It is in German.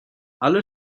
alle